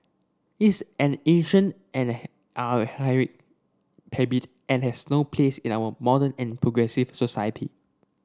is an ancient and archaic habit and has no place in our modern and progressive society